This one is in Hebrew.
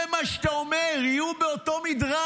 זה מה שאתה אומר, יהיו באותו מדרג.